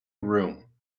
room